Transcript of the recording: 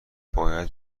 باید